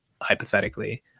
hypothetically